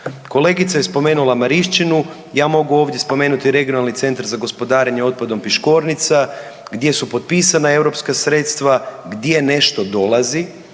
Kolegica je spomenula Marišćinu, ja mogu ovdje spomenuti Regionalni centar za gospodarenje otpadom Piškornica, gdje su potpisana europska sredstva, gdje nešto dolazi,